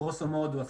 גרוסו מודו,